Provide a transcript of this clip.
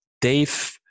Dave